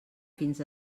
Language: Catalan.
fins